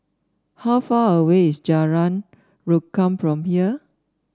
how far away is Jalan Rukam from here